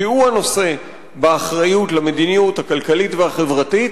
כי הוא הנושא באחריות למדיניות הכלכלית והחברתית